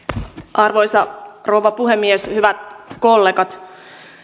arvoisa rouva puhemies hyvät kollegat